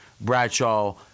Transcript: Bradshaw